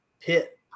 pit